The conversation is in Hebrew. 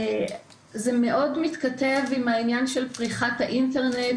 זה מאוד מתכתב עם העניין של פריחת האינטרנט,